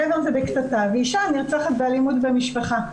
גבר זה בקטטה ואישה נרצחת באלימות במשפחה.